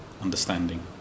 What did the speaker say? understanding